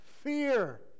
fear